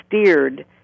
steered